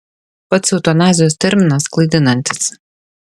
pats eutanazijos terminas klaidinantis